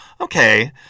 Okay